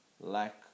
lack